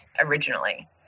originally